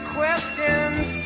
questions